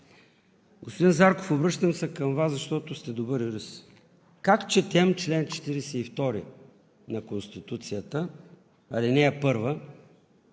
Господин Зарков, обръщам се към Вас, защото сте добър юрист. Как четем чл. 42 на Конституцията, ал. 1 във